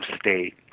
state